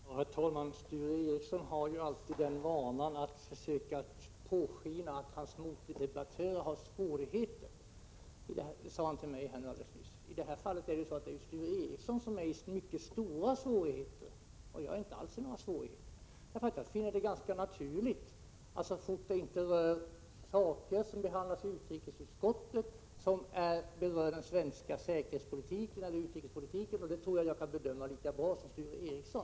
Herr talman! Sture Ericson har vanan att låta påskina att hans motdebattör har svårigheter. Det sade han till mig alldeles nyss. I det här fallet är det emellertid Sture Ericson som har mycket stora svårigheter. Jag har inte alls några svårigheter. Jag finner det ganska naturligt att ta upp frågor som behandlas i utrikesutskottet, såvida det inte är sådant som berör den svenska säkerhetsoch utrikespolitiken, och det tror jag att jag kan bedöma lika bra som Sture Ericson.